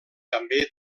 també